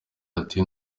bati